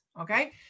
Okay